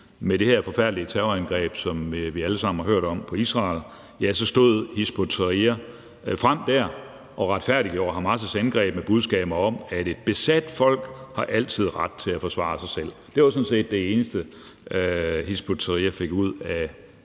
med det her forfærdelige terrorangreb på Israel, som vi alle sammen har hørt om, så stod Hizb ut-Tahrir frem dér og retfærdiggjorde Hamas' angreb med budskaber om, at et besat folk altid har ret til at forsvare sig selv. Det var sådan set det eneste, Hizb ut-Tahrir fik ud af